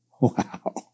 Wow